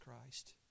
Christ